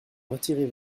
retirer